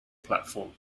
platform